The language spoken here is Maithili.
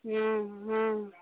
हूँ हूँ